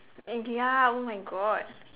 and ya oh my god